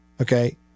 Okay